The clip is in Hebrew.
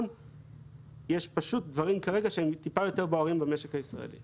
אלא שעכשיו יש דברים שהם קצת יותר בוערים במשק הישראלי